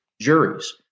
juries